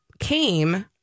came